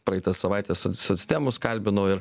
praeitą savaitę soc socdemus kalbinau ir